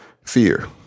Fear